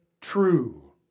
true